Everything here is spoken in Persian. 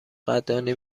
قدردانی